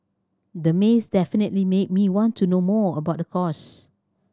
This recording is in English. the maze definitely made me want to know more about the course